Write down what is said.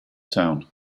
town